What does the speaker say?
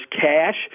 cash